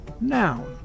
Noun